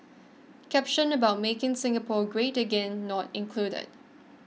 caption about making Singapore great again not included